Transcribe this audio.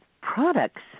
products